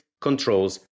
controls